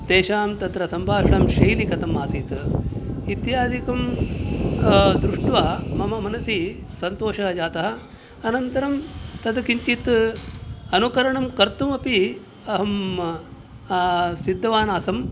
तेषां तत्र सम्भाषणशैली कथम् आसीत् इत्यादिकं दृष्ट्वा मम मनसि सन्तोषः जातः अनन्तरं तद् किञ्चित् अनुकरणं कर्तुमपि अहं सिद्धवान् आसम्